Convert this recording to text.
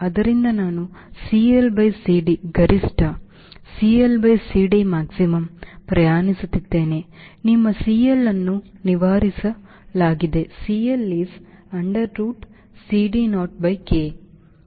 ಆದ್ದರಿಂದ ನಾನು CL by CD ಗರಿಷ್ಠ CL by CD maximum ಪ್ರಯಾಣಿಸುತ್ತಿದ್ದೇನೆ ನಿಮ್ಮ CL ಅನ್ನು ನಿವಾರಿಸಲಾಗಿದೆ CL is under root CD naught by K